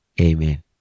Amen